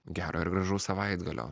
gero gražaus savaitgalio